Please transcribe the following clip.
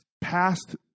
past